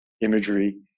imagery